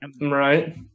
Right